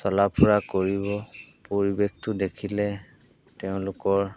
চলা ফুৰা কৰিব পৰিৱেশটো দেখিলে তেওঁলোকৰ